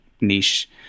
niche